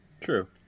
true